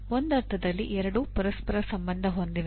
ಒಂದರ್ಥದಲ್ಲಿ ಎರಡೂ ಪರಸ್ಪರ ಸಂಬಂಧ ಹೊಂದಿವೆ